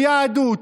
לא יהדות,